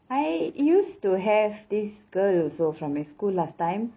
I used to have this girl also from a school last time